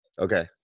okay